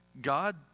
God